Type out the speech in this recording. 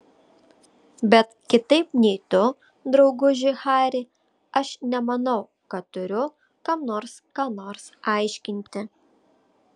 bet kitaip nei tu drauguži hari aš nemanau kad turiu kam nors ką nors aiškinti